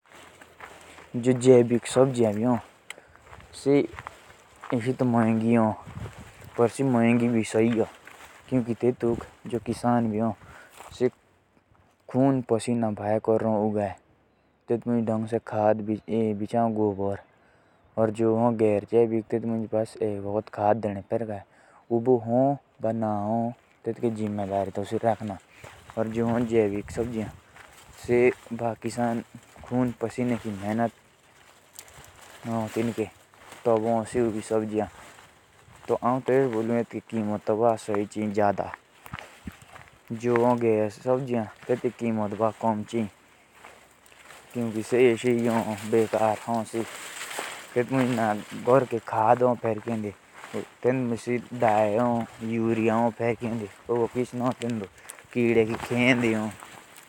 जेविक सब्जिया तब महंगी होती हैं। क्यूंकि जो किसान होते हैं वो इसे खून पसीने की मेहनत से लगाते हैं। और काम करते हैं इसलिये ये महंगी सही है।